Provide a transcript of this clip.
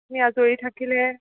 এই আজৰি থাকিলে